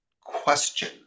question